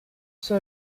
sua